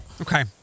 Okay